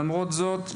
למרות זאת,